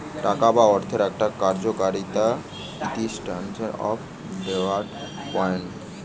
টাকা বা অর্থের একটা কার্যকারিতা হতিছেস্ট্যান্ডার্ড অফ ডেফার্ড পেমেন্ট